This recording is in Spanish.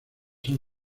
son